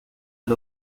del